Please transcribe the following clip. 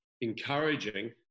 Encouraging